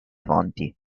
fonti